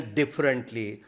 differently